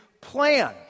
plan